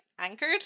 anchored